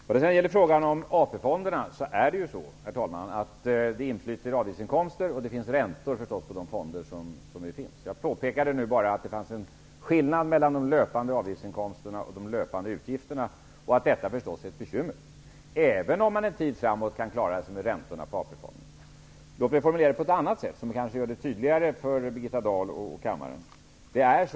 Vad gäller frågan om AP-fonderna är det så, herr talman, att det inflyter avgiftsinkomster och det finns räntor, förstås, från de fonder som redan finns. Jag påpekade nu bara att det fanns en skillnad mellan de löpande avgiftsinkomsterna och de löpande utgifterna, och att detta är ett bekymmer, även om man en tid framåt kan klara sig med räntorna på AP-fonderna. Låt mig formulera det på ett annat sätt som kanske gör det tydligare för Birgitta Dahl och kammaren.